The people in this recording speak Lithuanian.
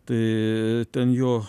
tai ten jo